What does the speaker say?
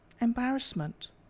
embarrassment